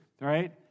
right